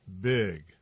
Big